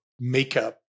makeup